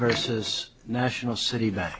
versus national city that